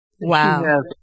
Wow